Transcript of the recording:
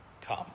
come